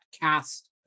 cast